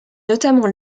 notamment